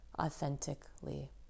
authentically